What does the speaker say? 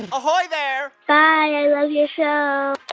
ahoy there bye. i love your show